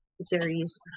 series